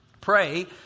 pray